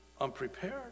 unprepared